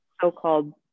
so-called